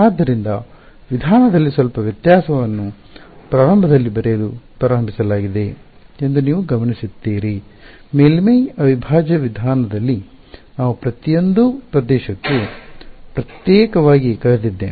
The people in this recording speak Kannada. ಆದ್ದರಿಂದ ವಿಧಾನದಲ್ಲಿ ಸ್ವಲ್ಪ ವ್ಯತ್ಯಾಸವನ್ನು ಪ್ರಾರಂಭದಲ್ಲಿ ಬರೆಯಲು ಪ್ರಾರಂಭಿಸಲಾಗಿದೆ ಎಂದು ನೀವು ಗಮನಿಸುತ್ತೀರಿ ಮೇಲ್ಮೈ ಅವಿಭಾಜ್ಯ ವಿಧಾನದಲ್ಲಿ ನಾನು ಪ್ರತಿಯೊಂದು ಪ್ರದೇಶಕ್ಕೂ ಪ್ರತ್ಯೇಕವಾಗಿ ಕಳೆದಿದ್ದೇನೆ